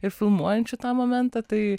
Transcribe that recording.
ir filmuojančių tą momentą tai